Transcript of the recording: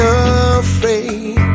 afraid